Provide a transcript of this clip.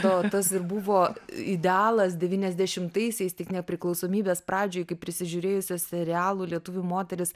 to tas ir buvo idealas devyniasdešimtaisiais tik nepriklausomybės pradžioj kai prisižiūrėjusios serialų lietuvių moterys